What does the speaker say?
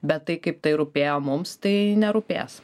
bet tai kaip tai rūpėjo mums tai nerūpės